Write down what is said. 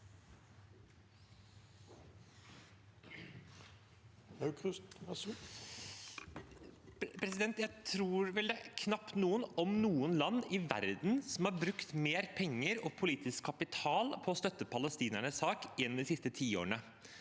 Jeg tror vel det knapt er noen land i verden som har brukt mer penger og politisk kapital på å støtte palestinernes sak gjennom de siste tiårene.